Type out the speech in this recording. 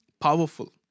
Powerful